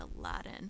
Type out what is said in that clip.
Aladdin